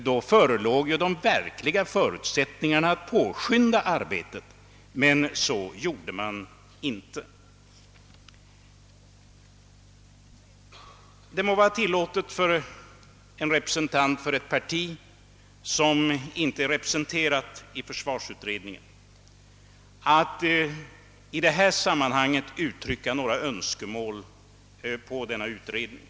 Då förelåg ju de verkliga förutsättningarna att påskynda arbetet. Så gjorde man dock inte. Det må vara tillåtet för en representant för ett parti som inte är företrätt i försvarsutredningen att i detta sammanhang uttrycka några önskemål rörande denna utredning.